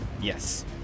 Yes